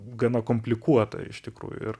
gana komplikuota iš tikrųjų ir